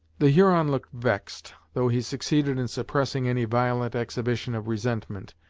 the huron looked vexed, though he succeeded in suppressing any violent exhibition of resentment.